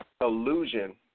illusion